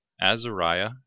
Azariah